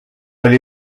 oli